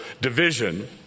division